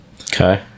Okay